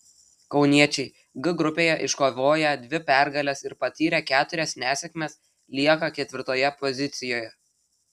kauniečiai g grupėje iškovoję dvi pergales ir patyrę keturias nesėkmes lieka ketvirtoje pozicijoje